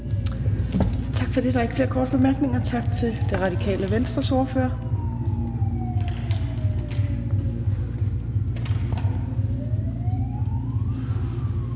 Tak for det. Der er ikke flere korte bemærkninger. Tak til Det Radikale Venstres ordfører.